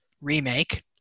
remake